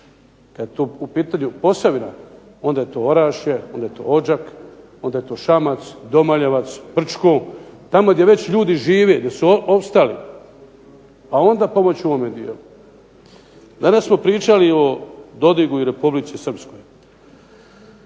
Kad je u pitanju Posavina onda je to Orašje, onda je to Odžak, onda je to Šamac, Domaljevac, Brčko, tamo gdje već ljudi žive, gdje su opstali, a onda pomoći ovome dijelu. Danas smo pričali o Dodiku i Republici Srpskoj.